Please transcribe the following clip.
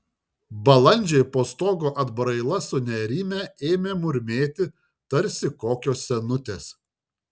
balandžiai po stogo atbraila sunerimę ėmė murmėti tarsi kokios senutės